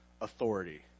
authority